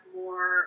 more